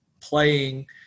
playing